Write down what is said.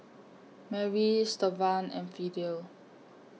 Mary Stevan and Fidel